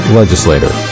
legislator